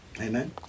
Amen